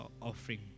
offering